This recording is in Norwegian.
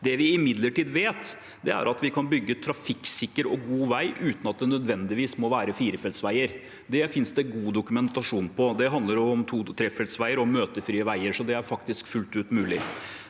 Det vi imidlertid vet, er at vi kan bygge trafikksikker og god vei uten at det nødvendigvis må være firefeltsveier. Det finnes det god dokumentasjon på. Det handler om to- og trefeltsveier og møtefrie veier, så det er faktisk fullt mulig.